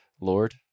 Lord